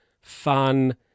fun